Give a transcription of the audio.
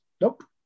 nope